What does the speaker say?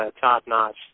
top-notch